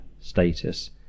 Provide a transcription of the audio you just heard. status